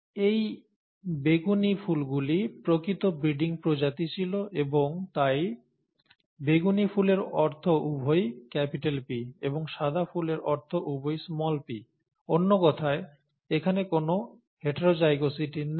এই বেগুনি ফুলগুলি প্রকৃত ব্রিডিং প্রজাতি ছিল এবং তাই বেগুনি ফুলের অর্থ উভয়ই P এবং সাদা ফুলের অর্থ উভয়ই p অন্য কথায় এখানে কোনও হেটারোজাইগোসিটি নেই